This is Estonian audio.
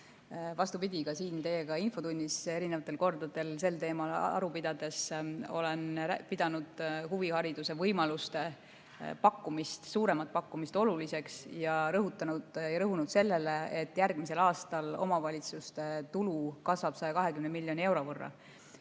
Vastupidi, ka siin teiega infotunnis erinevatel kordadel sel teemal aru pidades olen pidanud huvihariduse võimaluste suuremat pakkumist oluliseks ja rõhutanud, et järgmisel aastal omavalitsuste tulu kasvab 120 miljoni euro võrra,